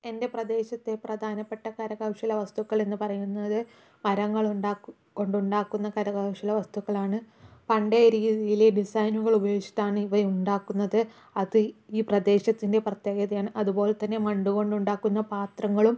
എൻ്റെ പ്രദേശത്തെ പ്രധാനപ്പെട്ട കരകൗശല വസ്തുക്കള് എന്നു പറയുന്നത് മരങ്ങളുണ്ടാക്കു കൊണ്ടുണ്ടാക്കുന്ന കരകൗശലവസ്തുക്കളാണ് പണ്ടേ എനിക്ക് ഡിസൈനുകള് ഉപയോഗിച്ചിട്ടാണ് ഇവയുണ്ടാക്കുന്നത് അത് ഈ പ്രദേശത്തിൻ്റെ പ്രത്യേകതയാണ് അതുപോലെ തന്നെ മണ്ണു കൊണ്ടുണ്ടാക്കുന്ന പാത്രങ്ങളും